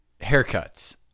haircuts